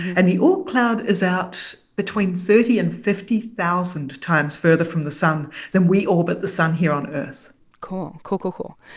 and the oort cloud is out between thirty and fifty thousand times further from the sun than we orbit the sun here on earth cool. um cool, cool, cool.